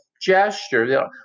gesture